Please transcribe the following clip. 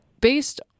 Based